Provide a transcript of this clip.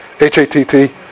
H-A-T-T